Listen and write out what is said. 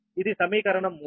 ఇది సమీకరణం 3